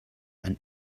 and